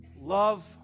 Love